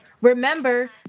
Remember